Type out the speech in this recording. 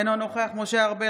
אינו נוכח משה ארבל,